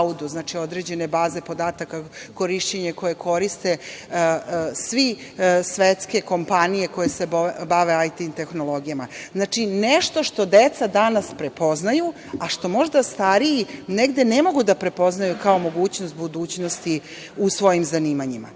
znači, određene baze podataka koje koriste sve svetske kompanije koje se bave IT tehnologijama. Znači, nešto što deca danas prepoznaju, a što možda stariji negde ne mogu da prepoznaju kao mogućnost budućnosti u svojim zanimanjima. Šta